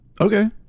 Okay